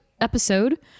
episode